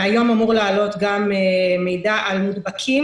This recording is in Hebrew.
היום אמור לעלות גם מידע על מודבקים,